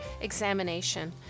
examination